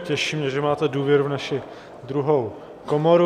Těší mě, že máte důvěru v naši druhou komoru.